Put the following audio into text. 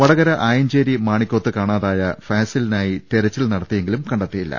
വടകര ആയഞ്ചേരി മാണിക്കോത്ത് കാണാതായ ഫാസിലിനായി തെരച്ചിൽ നടത്തിയെങ്കിലും കണ്ടെത്തി യില്ല